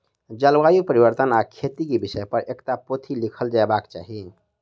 जलवायु परिवर्तन आ खेती के विषय पर एकटा पोथी लिखल जयबाक चाही